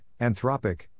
Anthropic